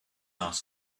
ask